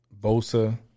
Bosa